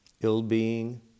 Ill-being